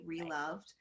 reloved